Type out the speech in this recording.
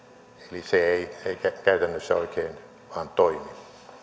eli se ei käytännössä oikein vain toimi